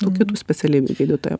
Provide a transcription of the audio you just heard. jau kitų specialybių gydytojam